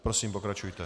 Prosím, pokračujte.